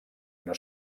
una